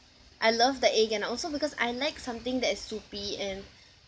I love the egg and also because I like something that is soupy and